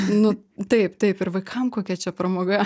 nu taip taip ir vaikam kokia čia pramoga